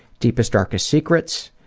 deepest darkest secrets,